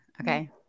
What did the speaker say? Okay